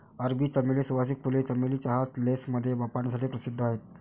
अरबी चमेली, सुवासिक फुले, चमेली चहा, लेसमध्ये वापरण्यासाठी प्रसिद्ध आहेत